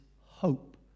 hope